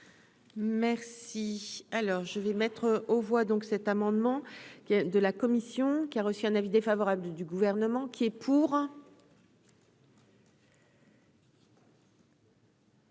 Merci. Alors, je vais mettre aux voix donc cet amendement qui a de la commission qui a reçu un avis défavorable du gouvernement qui est pour.